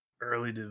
early